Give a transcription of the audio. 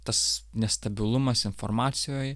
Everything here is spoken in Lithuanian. tas nestabilumas informacijoj